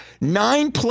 Nine